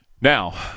Now